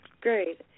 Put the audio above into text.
Great